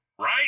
Right